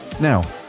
now